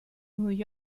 new